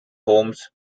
homes